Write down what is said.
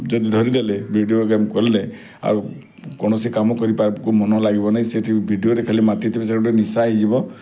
ଯଦି ଧରିଦେଲେ video game ଖୋଲିଲେ ଆଉ କୌଣସି କାମ କରିବାକୁ ମନ ଲାଗିବ ନାହିଁ ସେଇଠି ଭିଡ଼ିଓରେ ଖାଲି ମାତିଥିବେ ସେ ଗୋଟିଏ ନିଶା ହେଇଯିବ